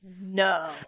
no